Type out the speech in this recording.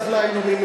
אז מה?